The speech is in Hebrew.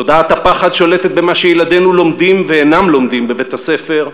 תודעת הפחד שולטת במה שילדינו לומדים ואינם לומדים בבית-הספר,